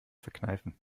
verkneifen